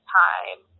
time